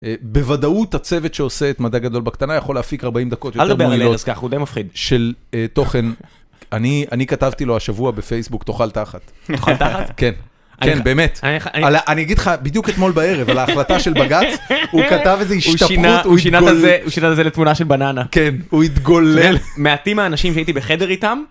בוודאות הצוות שעושה את מדע גדול בקטנה יכול להפיק 40 דקות יותר מועילות. אל תדבר על ארז ככה הוא די מפחיד. של תוכן, אני כתבתי לו השבוע בפייסבוק, תאכל תחת. תאכל תחת? כן. כן, באמת. אני אגיד לך, בדיוק אתמול בערב, על ההחלטה של בג"ץ, הוא כתב איזה השתפכות, הוא התגולל. הוא שינה את זה לתמונה של בננה. כן, הוא התגולל. מעטים האנשים שהייתי בחדר איתם,